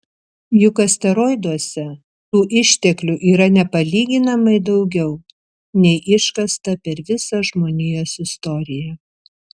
juk asteroiduose tų išteklių yra nepalyginamai daugiau nei iškasta per visą žmonijos istoriją